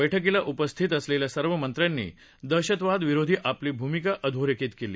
बैठकीला उपस्थित असलेल्या सर्व मंत्र्यांनी दहशतवादविरोधी आपली भूमिका अधोरेखित केली